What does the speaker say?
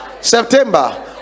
September